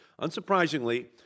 Unsurprisingly